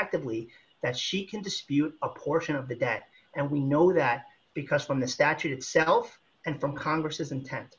diddly that she can dispute a portion of the debt and we know that because from the statute itself and from congress is intense